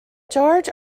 george